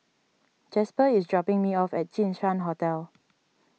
Jasper is dropping me off at Jinshan Hotel